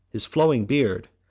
his flowing beard,